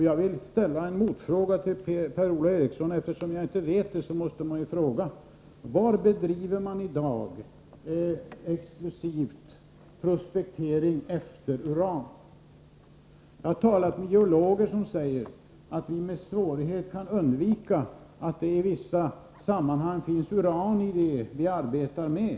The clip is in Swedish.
Jag vill ställa en fråga till Per-Ola Eriksson, eftersom jag inte känner till detta: Var bedriver man i dag exklusivt prospektering efter uran? Jag har talat med geologer, som säger att de med svårighet kan undvika att det i vissa sammanhang finns uran i det som de arbetar med.